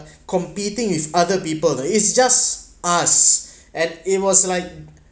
competing with other people you know it's just us and it was like